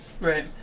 right